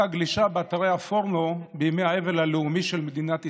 הגלישה באתרי הפורנו בימי האבל הלאומי של מדינת ישראל,